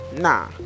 Nah